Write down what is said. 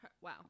wow